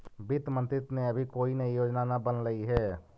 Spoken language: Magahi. वित्त मंत्रित्व ने अभी कोई नई योजना न बनलई हे